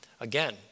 Again